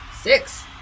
six